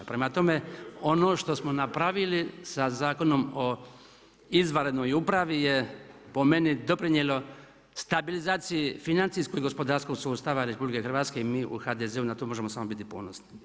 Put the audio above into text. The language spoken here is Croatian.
Prema tome, ono što smo napravili sa Zakonom o izvanrednoj upravi je po meni, doprinijelo stabilizaciji, financijskoj i gospodarskog sustava RH i mi u HDZ-u na to možemo samo biti ponosni.